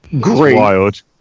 great